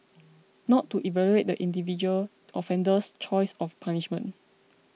not to evaluate the individual offender's choice of punishment